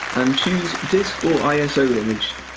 and choose disk or iso image.